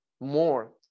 more